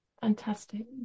fantastic